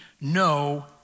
no